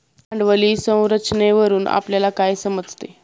भांडवली संरचनेवरून आपल्याला काय समजते?